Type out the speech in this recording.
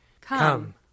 Come